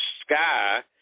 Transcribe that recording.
sky